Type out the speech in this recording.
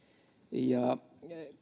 ja